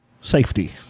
Safety